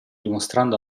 dimostrando